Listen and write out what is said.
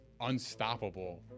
unstoppable